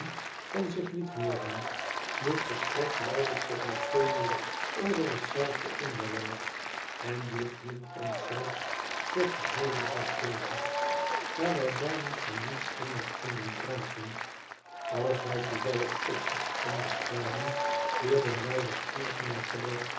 van zich liet hooren dit gesprek leidde tot nog veel meer over hetzelfde onderwerp en dit hield ons zelfs den geheelen dag bezig daar wij bijna van niets anders konden praten als wij toevallig op iets anders kwamen keerden wij er spoedig naar terug